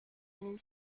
mille